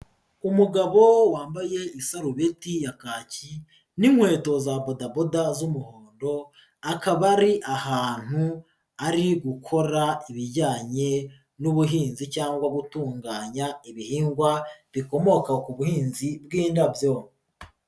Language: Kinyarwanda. Umugabo wambaye isarubeti ya kaki n'inkweto za bodaboda z'umuhondo, akaba ari ahantu ari gukora ibijyanye n'ubuhinzi cyangwa gutunganya ibihingwa bikomoka ku buhinzi bw'indabyo.